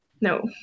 no